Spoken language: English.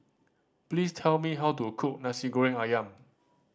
please tell me how to cook Nasi Goreng Ayam